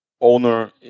owner